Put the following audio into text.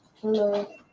Hello